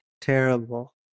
Terrible